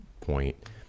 point